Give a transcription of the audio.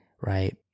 right